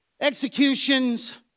Executions